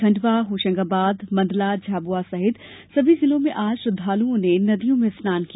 खंडवा होशंगाबाद मंडला झाबुआ सहित सभी जिलों में आज श्रद्वालुओं ने नदियों में स्नान किया